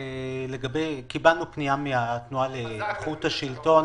קיבלנו פנייה מהתנועה לאיכות השלטון